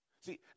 See